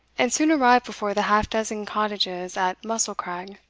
and soon arrived before the half-dozen cottages at mussel-crag.